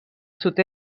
sud